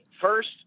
first